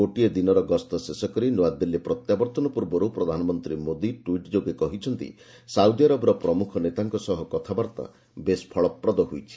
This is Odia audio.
ଗୋଟିଏ ଦିନର ଗସ୍ତ ଶେଷକରି ନୂଆଦିଲ୍ଲୀ ପ୍ରତ୍ୟାବର୍ତ୍ତନ ପୂର୍ବରୁ ପ୍ରଧାନମନ୍ତ୍ରୀ ମୋଦି ଟ୍ପିଟ୍ ଯୋଗେ କହିଛନ୍ତି ସାଉଦିଆରବର ପ୍ରମୁଖ ନେତାଙ୍କ ସହ କଥାବାର୍ତ୍ତା ବେଶ୍ ଫଳପ୍ରଦ ହୋଇଛି